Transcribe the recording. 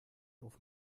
auf